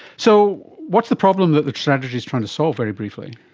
so what's the problem that the strategy is trying to solve, very briefly?